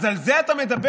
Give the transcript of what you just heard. אז על זה אתה מדבר?